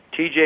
TJ